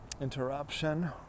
interruption